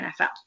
NFL